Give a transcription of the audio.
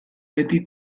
beti